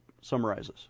summarizes